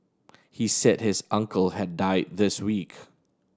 he said his uncle had died this week